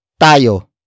tayo